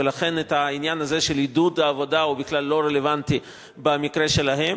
ולכן העניין הזה של עידוד העבודה הוא בכלל לא רלוונטי במקרה שלהם.